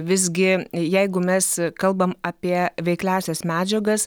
visgi jeigu mes kalbam apie veikliąsias medžiagas